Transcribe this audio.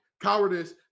Cowardice